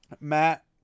Matt